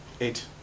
eight